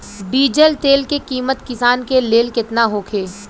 Diesel तेल के किमत किसान के लेल केतना होखे?